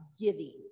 giving